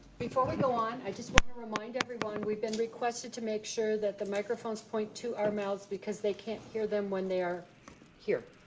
before we go on, i just wanna remind everyone we've been requested to make sure that the microphones point to our mouths because they can't hear them when they are here